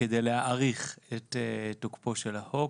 כדי להאריך את תוקפו של החוק.